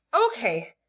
Okay